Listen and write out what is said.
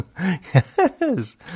Yes